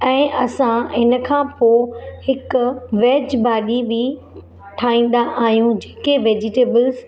ऐं असां इन खां पोइ हिकु वेज भाॼी बि ठाहींदा आहियूं जेके वेजिटेबल्स